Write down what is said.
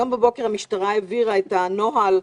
הבוקר המשטרה העבירה את הנוהל,